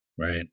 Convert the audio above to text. Right